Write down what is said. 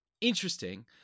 Interesting